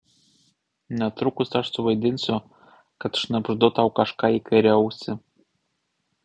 netrukus aš suvaidinsiu kad šnabždu tau kažką į kairę ausį